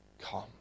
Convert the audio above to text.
come